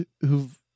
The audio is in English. who've